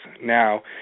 now